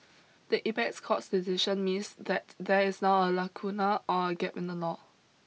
the apex court's decision means that there is now a lacuna or a gap in the law